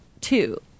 Two